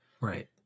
Right